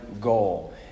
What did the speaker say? goal